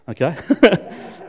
Okay